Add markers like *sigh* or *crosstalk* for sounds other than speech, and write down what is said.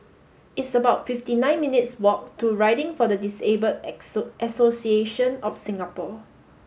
it's about fifty nine minutes' walk to Riding for the Disabled *unintelligible* Association of Singapore